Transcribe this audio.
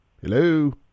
Hello